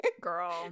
girl